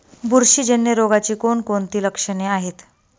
बुरशीजन्य रोगाची कोणकोणती लक्षणे आहेत?